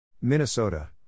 Minnesota